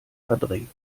verdrängt